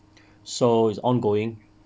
so it's ongoing